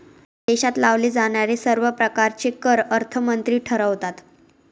देशात लावले जाणारे सर्व प्रकारचे कर अर्थमंत्री ठरवतात